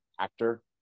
actor